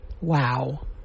Wow